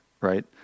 Right